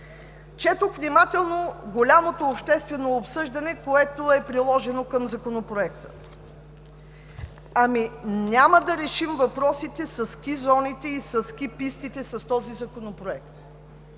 Четох внимателно голямото обществено обсъждане, което е приложено към Законопроекта. Няма да решим въпросите със ски зони и със ски пистите с този законопроект.